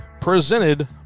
presented